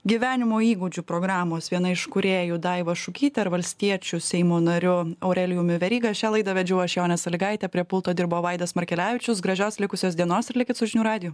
gyvenimo įgūdžių programos viena iš kūrėjų daiva šukyte ir valstiečių seimo nariu aurelijumi veryga šią laidą vedžiau aš jonė salygaitė prie pulto dirbo vaidas markelevičius gražios likusios dienos ir likit su žinių radiju